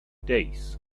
days